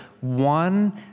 One